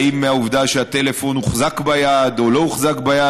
האם העובדה שהטלפון הוחזק ביד או לא הוחזק ביד